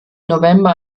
november